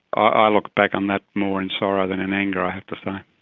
i look back on that more in sorrow than in anger, i have to say.